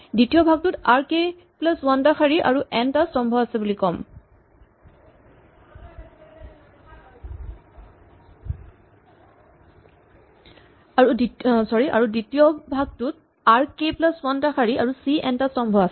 দ্বিতীয় ভাগটোত R K plus one টা শাৰী আৰু চি এন টা স্তম্ভ আছে